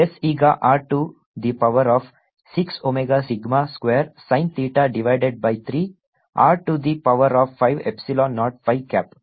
S ಈಗ R to the power of 6 omega sigma square sin theta divided by 3 r to the power of 5 epsilon naught phi cap